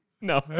No